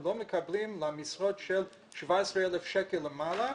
לא מקבלים למשרות של 17,000 שקלים ומעלה.